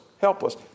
helpless